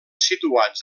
situats